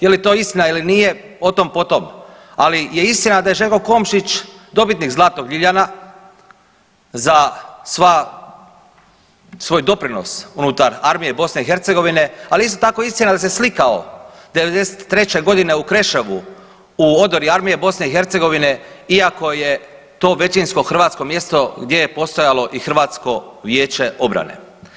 Je li to istina ili nije, o tom po tom, ali je istina da je Željko Komšić dobitnik „zlatnog ljiljana“ za sva, svoj doprinos unutar armije BiH, ali isto tako je istina da se slikao '93. godine u Kreševu u odori armije BiH iako je to većinsko hrvatsko mjesto gdje je postojalo i hrvatsko vijeće obrane.